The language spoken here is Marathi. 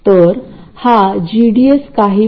dc साठी हा पॉईंट ड्रेन ला जोडला गेला पाहिजे